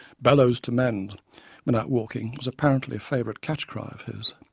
bellows to mend when out walking was apparently a favourite catch-cry of his.